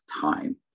time